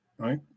right